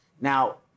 Now